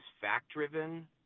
fact-driven